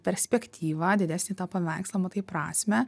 perspektyvą didesnį tą paveikslą matai prasmę